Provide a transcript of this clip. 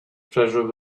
treasure